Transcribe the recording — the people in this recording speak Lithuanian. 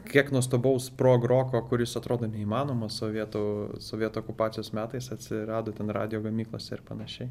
kiek nuostabaus sprogroko kuris atrodo neįmanomas sovietų sovietų okupacijos metais atsirado ten radijo gamyklose ir panašiai